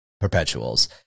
perpetuals